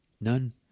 None